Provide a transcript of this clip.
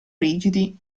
rigidi